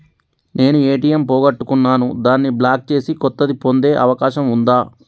నేను ఏ.టి.ఎం పోగొట్టుకున్నాను దాన్ని బ్లాక్ చేసి కొత్తది పొందే అవకాశం ఉందా?